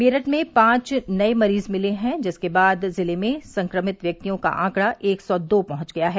मेरठ में पांच नए मरीज मिले हैं जिसके बाद जिले में संक्रमितों का आंकड़ा एक सौ दो पहुंच गया है